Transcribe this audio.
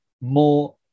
more